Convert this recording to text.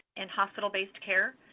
and hospital-based care.